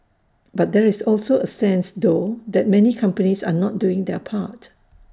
but there is also A sense though that many companies are not doing their part